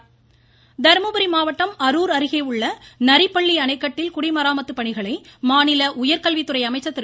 அன்பழகன் தர்மபுரி மாவட்டம் அரூர் அருகே உள்ள நரிப்பள்ளி அணைக்கட்டில் குடிமராமத்து பணிகளை மாநில உயர்கல்வித்துறை அமைச்சர் திரு